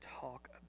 talk